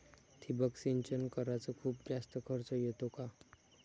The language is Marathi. ठिबक सिंचन कराच खूप जास्त खर्च येतो का?